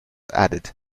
added